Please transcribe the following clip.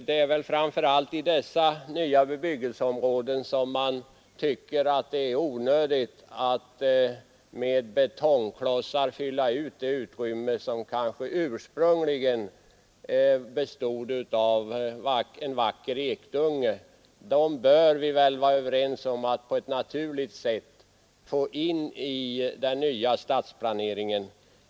Det är väl framför allt i dessa nya bebyggelseområden som vi tycker det är onödigt att med betongklossar fylla ut det utrymme som kanske ursprungligen bestod av en vacker ekdunge. Vi bör väl vara överens om att vi på ett naturligt sätt bör få in dessa ekar i den nya stadsplaneringen.